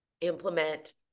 implement